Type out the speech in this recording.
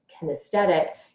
kinesthetic